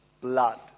blood